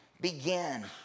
Begin